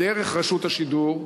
דרך רשות השידור,